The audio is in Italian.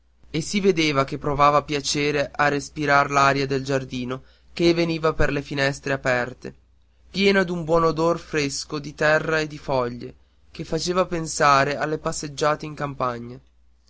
e si vedeva che provava piacere a respirar l'aria del giardino che veniva per le finestre aperte piena d'un buon odor fresco di terra e di foglie che faceva pensare alle passeggiate in campagna